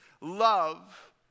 love